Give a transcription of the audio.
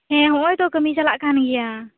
ᱦᱮᱸ ᱦᱚᱜᱚᱭᱛᱚ ᱠᱟ ᱢᱤ ᱪᱟᱞᱟᱜ ᱠᱟᱱ ᱜᱮᱭᱟ